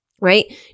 Right